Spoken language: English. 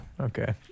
okay